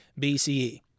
BCE